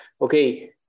okay